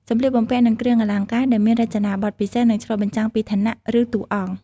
សម្លៀកបំពាក់ និងគ្រឿងអលង្ការ ដែលមានរចនាបថពិសេស និងឆ្លុះបញ្ចាំងពីឋានៈ ឬតួអង្គ។